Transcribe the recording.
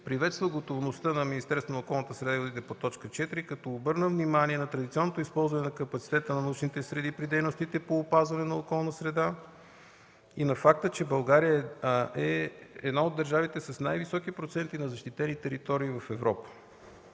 среда и водите по т. 4, като обърна внимание на традиционното използване на капацитета на научните среди при дейностите по опазване на околната среда и на факта, че България е една от държавите с най-високи проценти на защитени територии в Европа.